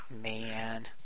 Man